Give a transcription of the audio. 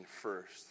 first